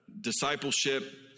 Discipleship